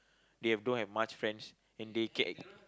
they have don't have much friends and they ca~